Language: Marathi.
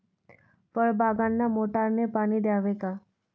फळबागांना मोटारने पाणी द्यावे का?